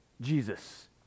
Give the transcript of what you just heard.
Jesus